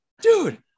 dude